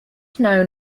known